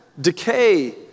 decay